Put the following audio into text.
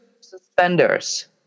suspenders